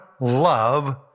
love